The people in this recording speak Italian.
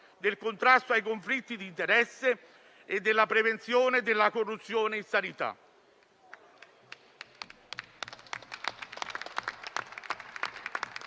del contrasto ai conflitti d'interesse e della prevenzione della corruzione in sanità.